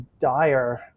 dire